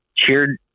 cheered